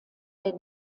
der